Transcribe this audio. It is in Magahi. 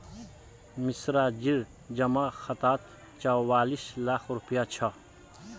मिश्राजीर जमा खातात चौवालिस लाख रुपया छ